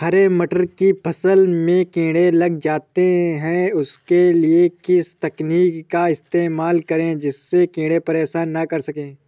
हरे मटर की फसल में कीड़े लग जाते हैं उसके लिए किस तकनीक का इस्तेमाल करें जिससे कीड़े परेशान ना कर सके?